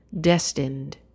destined